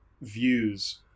views